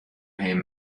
him